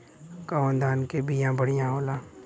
कौन धान के बिया बढ़ियां होला?